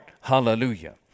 Hallelujah